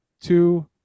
two